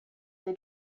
they